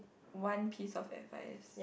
one piece of advice